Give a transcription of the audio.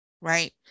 right